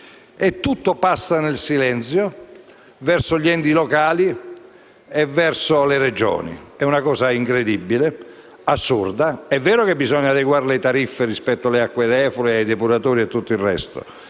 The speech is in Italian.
e tutto passa nel silenzio degli enti locali e delle Regioni. È una cosa incredibile, assurda. È vero che bisogna adeguare le tariffe rispetto alle acque reflue, ai depuratori e a tutto il resto,